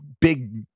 big